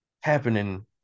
happening